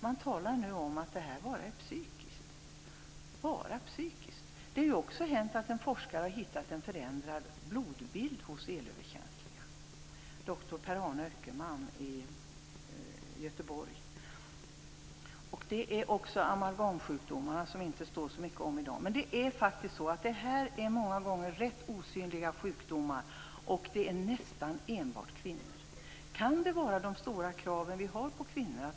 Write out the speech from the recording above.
Man talar nu om att detta bara är psykiskt. En forskare i Göteborg har hittat en förändrad blodbild hos elöverkänsliga. Amalgamsjukdomarna står det inte så mycket i dag. Det här är många gånger rätt osynliga sjukdomar, och det är nästan enbart kvinnor som drabbas. Kan det vara de stora krav som ställs på kvinnor?